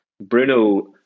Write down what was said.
Bruno